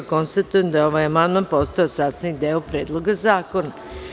Konstatujem da je ovaj amandman postao sastavni deo Predloga zakona.